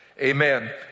amen